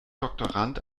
doktorand